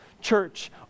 church